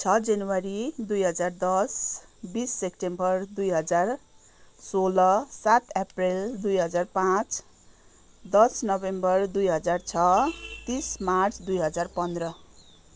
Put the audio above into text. छ जनवरी दुई हजार दस बिस सप्टेम्बर दुई हजार सोह्र सात एप्रिल दुई हजार पाँच दस नोभेम्बर दुई हजार छ तिस मार्च दुई हजार पन्ध्र